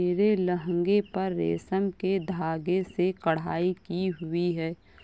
मेरे लहंगे पर रेशम के धागे से कढ़ाई की हुई है